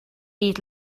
eat